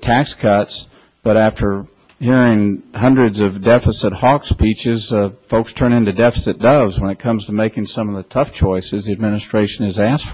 tax cuts but after hearing hundreds of deficit hawks speeches folks turning to deficit does when it comes to making some of the tough choices the administration has asked